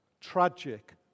tragic